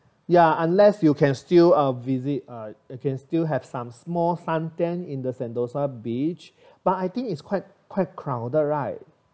ya unless you can still uh visit uh you can still have some small suntan in the sentosa beach but I think it's quite quite crowded right